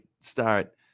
start